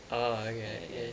ah okay get it